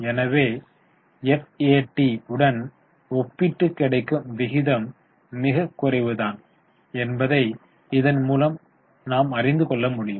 எனவே FAT உடன் ஒப்பிட்டு கிடைக்கும் விகிதம் மிக குறைவுதான் என்பதை இதன் மூலம் நீங்கள் அறிந்துகொள்ள முடியும்